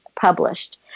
published